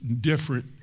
different